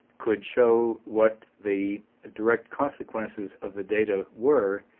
could show what the direct consequences of the data were,